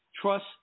trust